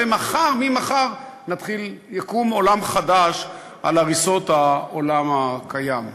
וממחר יקום עולם חדש על הריסות העולם הקיים.